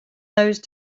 those